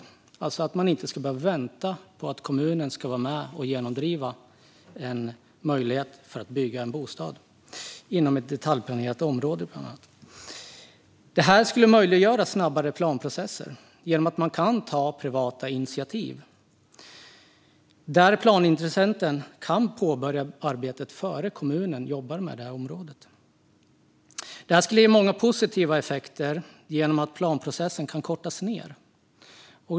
Man ska inte behöva vänta på att kommunen är med och skapar möjligheter för att man ska kunna bygga en bostad inom bland annat detaljplanerade områden. Det här skulle möjliggöra snabbare planprocesser eftersom man kan ta privata initiativ och då planintressenten kan påbörja arbetet innan kommunen jobbar med området. Det skulle ge många positiva effekter genom att planprocessen kan kortas ned.